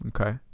Okay